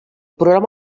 programa